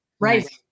Right